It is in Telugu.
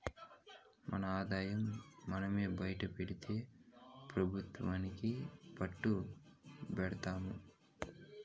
మన ఆదాయం మనమే బైటపెడితే పెబుత్వానికి పట్టు బడతాము